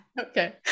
Okay